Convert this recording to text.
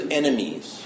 enemies